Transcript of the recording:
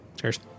Cheers